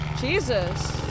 Jesus